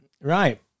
right